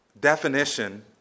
definition